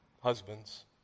husbands